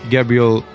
Gabriel